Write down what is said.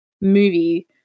movie